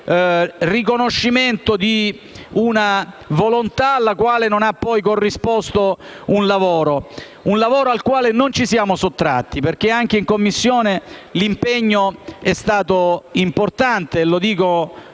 di riconoscimento di una volontà alla quale non ha corrisposto un lavoro al quale non ci siamo sottratti, perché anche in Commissione l'impegno è stato importante; lo dico rivolgendomi